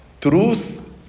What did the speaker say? Truth